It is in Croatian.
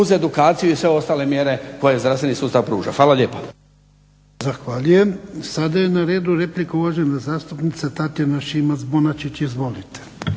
uz edukaciju i sve ostale mjere koje zdravstveni sustav pruža. Hvala lijepo.